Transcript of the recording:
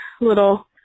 little